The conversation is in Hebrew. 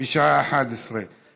בשעה 11:00.